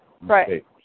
right